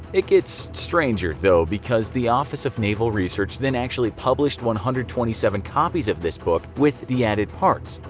it gets stranger, though, because the office of naval research then actually published one hundred and twenty seven copies of this book with the added parts.